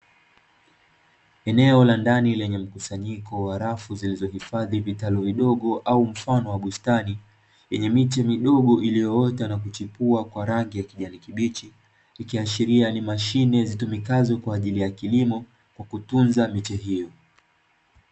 Eneo la ndani lenye mkusanyiko wa rafu zilizohifadhi vitalu vidogo au mfano wa bustani, yenye miche midogo iliyoota na kuchipua kwa rangi ya kijani kibichi, ikiashiria ni mashine zitumikazo kwa ajili ya kilimo, kwa kutunza miche hiyo.